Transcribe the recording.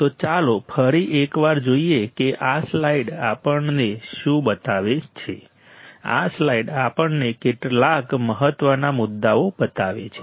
તો ચાલો ફરી એકવાર જોઈએ કે આ સ્લાઈડ આપણને શું બતાવે છે આ સ્લાઈડ આપણને કેટલાક મહત્વના મુદ્દાઓ બતાવે છે